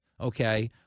okay